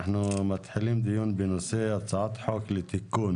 אנחנו מתחילים דיון בנושא הצעת חוק לתיקון